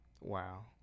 wow